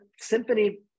symphony